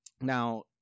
now